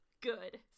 Good